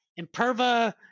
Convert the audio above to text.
Imperva